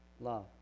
love